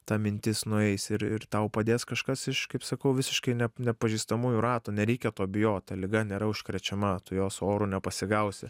ta mintis nueis ir ir tau padės kažkas iš kaip sakau visiškai nep nepažįstamųjų rato nereikia to bijot ta liga nėra užkrečiama tu jos oru nepasigausi